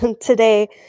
today